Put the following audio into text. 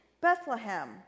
Bethlehem